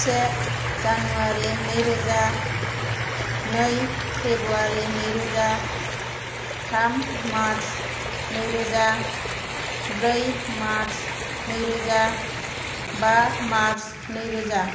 से जानुवारि नैरोजा नै फेब्रुवारि नैरोजा थाम मार्च नैरोजा ब्रै मार्च नैरोजा बा मार्च नैरोजा